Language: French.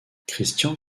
christian